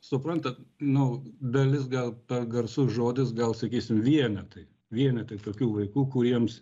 suprantat nu dalis gal per garsus žodis gal sakysim vienetai vienetai tokių vaikų kuriems